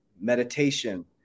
meditation